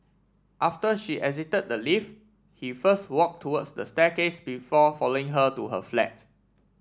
after she exited the lift he first walked towards the staircase before following her to her flat